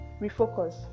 Refocus